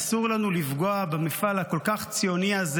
אסור לנו לפגוע במפעל הכל-כך ציוני הזה